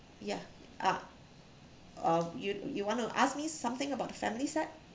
ya ah uh you you want to ask me something about the family set